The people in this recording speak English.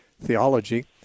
theology